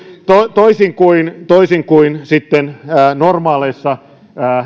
toisin kuin toisin kuin sitten normaaleissa